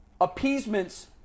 appeasements